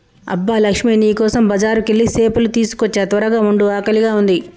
అబ్బ లక్ష్మీ నీ కోసం బజారుకెళ్ళి సేపలు తీసుకోచ్చా త్వరగ వండు ఆకలిగా ఉంది